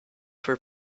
for